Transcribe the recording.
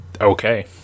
Okay